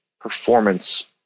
performance